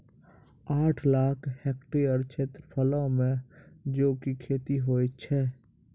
आठ लाख हेक्टेयर क्षेत्रफलो मे जौ के खेती होय छै